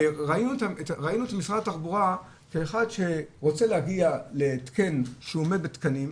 ראינו את משרד התחבורה כאחד שרוצה להגיע להתקן שעומד בתקנים,